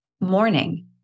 Morning